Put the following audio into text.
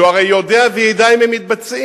שהוא הרי יודע וידע אם הם מתבצעים.